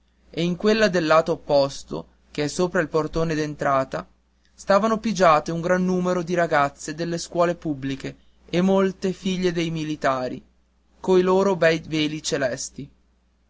e in quella del lato opposto che è sopra il portone d'entrata stavano pigiate un gran numero di ragazze delle scuole pubbliche e molte ragazze militari coi loro bei veli celesti